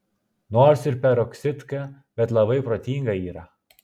nors ir peroksidka bet labai protinga yra